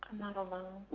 not alone,